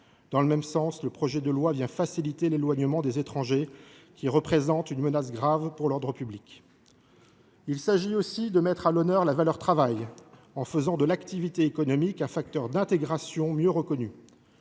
Dans le même sens, le projet de loi facilite l’éloignement des étrangers qui représentent une menace grave pour l’ordre public. Il s’agit aussi de mettre à l’honneur la valeur travail en faisant de l’activité économique un facteur d’intégration mieux reconnu,